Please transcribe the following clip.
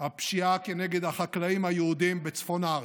הפשיעה כנגד החקלאים היהודים בצפון הארץ,